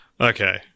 Okay